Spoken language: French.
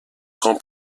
grand